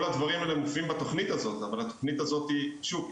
כל הדברים האלה מופיעים בתוכנית הזאת אבל התוכנית הזאת שוב,